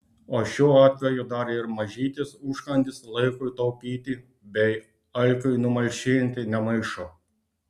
o šiuo atveju dar ir mažytis užkandis laikui taupyti bei alkiui numalšinti nemaišo